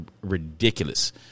ridiculous